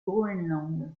groenland